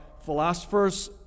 philosophers